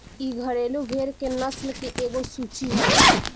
इ घरेलु भेड़ के नस्ल के एगो सूची हवे